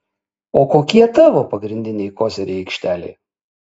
o kokie tavo pagrindiniai koziriai aikštelėje